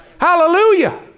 Hallelujah